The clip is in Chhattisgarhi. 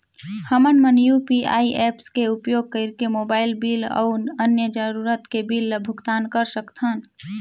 हमन मन यू.पी.आई ऐप्स के उपयोग करिके मोबाइल बिल अऊ अन्य जरूरत के बिल ल भुगतान कर सकथन